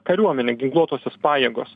kariuomenė ginkluotosios pajėgos